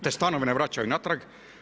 Te stanove ne vraćaju natrag.